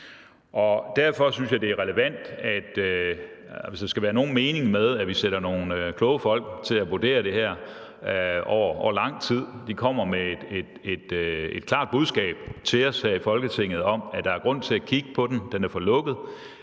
derfor synes jeg, det er relevant at sige: Hvis der skal være nogen mening med, at vi sætter nogle kloge folk til at vurdere det her over lang tid, og de kommer med et klart budskab til os her i Folketinget om, at der er grund til at kigge på den – den er for lukket